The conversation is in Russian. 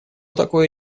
такой